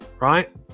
right